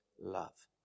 love